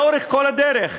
לאורך כל הדרך,